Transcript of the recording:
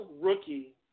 rookie